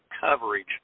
coverage